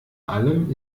allem